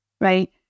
right